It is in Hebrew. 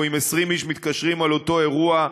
או אם 20 איש מתקשרים על אותו אירוע,